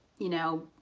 you know,